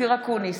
אופיר אקוניס,